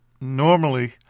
normally